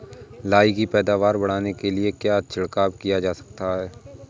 लाही की पैदावार बढ़ाने के लिए क्या छिड़काव किया जा सकता है?